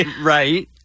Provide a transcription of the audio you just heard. Right